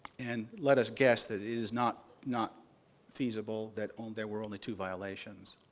and let us guess that it is not not feasible that um there were only two violations.